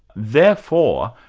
therefore,